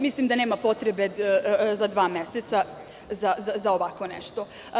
Mislim da nema potrebe dva meseca za ovako nešto.